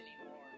anymore